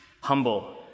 humble